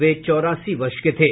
वे चौरासी वर्ष के थे